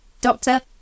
Doctor